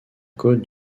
côte